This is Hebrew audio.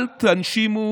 אל תנשימו